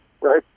right